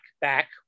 back